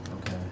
Okay